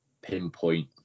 pinpoint